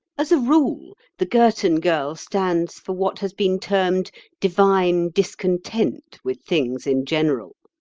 as a rule, the girton girl stands for what has been termed divine discontent with things in general.